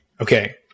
okay